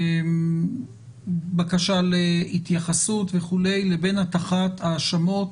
בקשה להתייחסות וכו' לבין הטחת האשמות